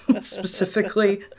specifically